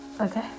okay